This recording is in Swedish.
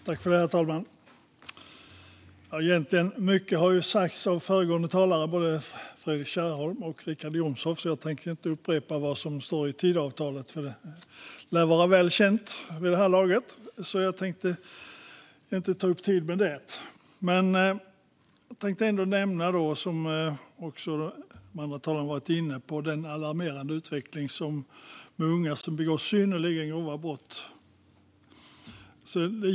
Herr talman! Mycket har redan sagts av föregående talare Fredrik Kärrholm och Richard Jomshof. Jag tänker därför inte upprepa vad som står i Tidöavtalet, för det lär vara väl känt vid det här laget. Jag ska alltså inte ta upp tid med det. Jag tänkte dock nämna det tidigare talare varit inne på: den alarmerande utvecklingen med unga som begår synnerligen grova brott.